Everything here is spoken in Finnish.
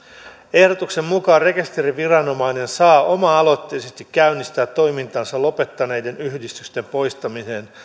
ehdotuksen mukaan rekisteriviranomainen saa oma aloitteisesti käynnistää toimintansa lopettaneiden yhdistysten poistamisen